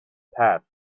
path